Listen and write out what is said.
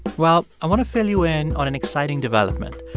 well, i want to fill you in on an exciting development.